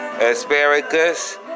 Asparagus